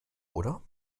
oder